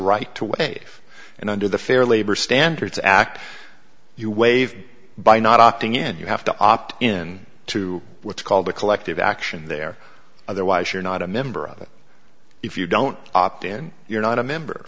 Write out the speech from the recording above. right to weigh in under the fair labor standards act you waive by not opting in you have to opt in to what's called a collective action there otherwise you're not a member of it if you don't opt in you're not a member